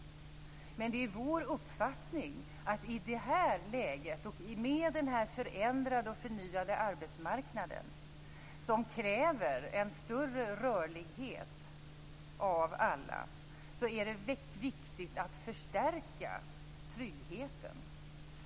Men det är vår uppfattning att det i detta läge, med en förändrad och förnyad arbetsmarknad som kräver en större rörlighet av alla, är viktigt att förstärka tryggheten.